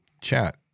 chat